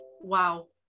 wow